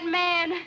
man